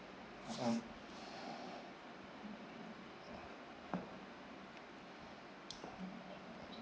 mmhmm